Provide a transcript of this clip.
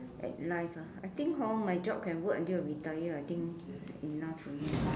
at life ah I think hor my job can work until I retire I think enough already